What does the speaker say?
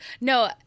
No